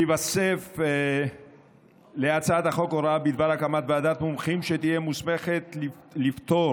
תיווסף להצעת החוק הוראה בדבר הקמת ועדת מומחים שתהיה מוסמכת לפטור